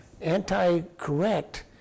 anti-correct